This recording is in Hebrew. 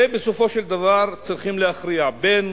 ובסופו של דבר צריכים להכריע בין